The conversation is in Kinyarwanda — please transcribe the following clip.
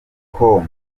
com